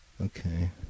Okay